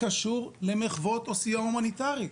קשור למחוות או סיוע הומניטרי?